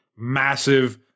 massive